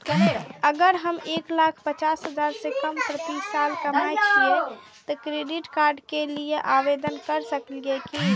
अगर हम एक लाख पचास हजार से कम प्रति साल कमाय छियै त क्रेडिट कार्ड के लिये आवेदन कर सकलियै की?